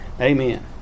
Amen